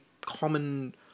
common